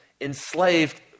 enslaved